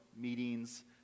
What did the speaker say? meetings